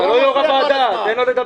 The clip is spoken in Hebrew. כי אתה לא יושב-ראש הוועדה, תן לו לדבר.